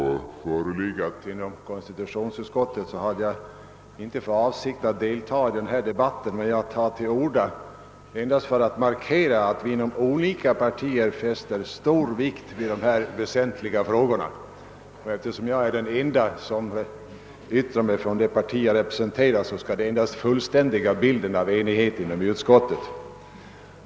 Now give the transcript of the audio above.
Herr talman! Med hänsyn till den enighet som har förelegat i konstitutionsutskottet hade jag inte för avsikt att delta i denna debatt, men jag tar till orda endast för att markera, att vi inom alla partier fäster stor vikt vid dessa väsentliga frågor. Eftersom jag är den ende som yttrar mig från det parti jag representerar skall detta endast fullständiga bilden av enighet inom utskottet.